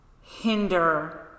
hinder